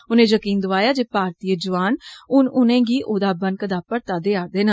उनें यकीन दौआया जे भारतीय जवान हुन उनें गी ओहदा बनकदा परता देआ रदे न